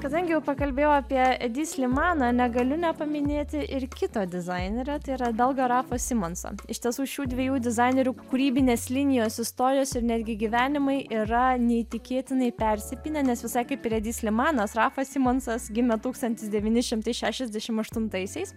kadangi jau pakalbėjau apie edi slimaną negaliu nepaminėti ir kito dizainerio tai yra belgo rafo simonso iš tiesų šių dviejų dizainerių kūrybinės linijos istorijos ir netgi gyvenimai yra neįtikėtinai persipynę nes visai kaip ir edi slimanas rafa simonsas gimė tūkstantis devyni šimtai šešiasdešim aštuntaisiais